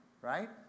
right